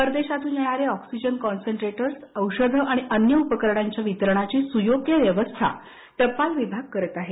परदेशातून येणारे oxygen concentrators औषधं आणि अन्य उपकारांच्या वितरणाची सुयोग्य व्यवस्था टपाल विभाग करत आहे